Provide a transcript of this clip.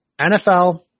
NFL